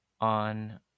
on